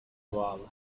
bağlı